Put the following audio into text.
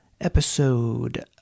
episode